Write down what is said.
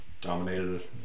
dominated